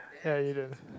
ya